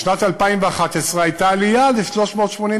בשנת 2011 הייתה עלייה ל-382,